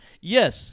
Yes